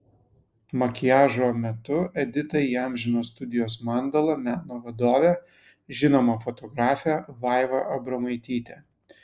makiažo metu editą įamžino studijos mandala meno vadovė žinoma fotografė vaiva abromaitytė